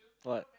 what